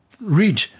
Read